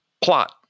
plot